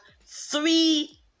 three